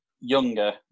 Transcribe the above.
younger